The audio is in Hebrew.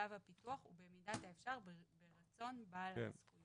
שלב הפיתוח,